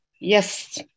Yes